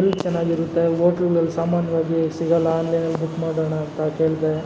ಎಲ್ಲಿ ಚೆನ್ನಾಗಿರುತ್ತೆ ಹೊಟ್ಲುನಲ್ಲಿ ಸಾಮಾನ್ಯವಾಗಿ ಸಿಗಲ್ಲ ಆನ್ಲೈನಲ್ಲಿ ಬುಕ್ ಮಾಡೋಣ ಅಂತ ಕೇಳಿದೆ